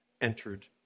entered